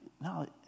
No